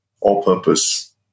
all-purpose